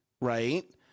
right